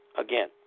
again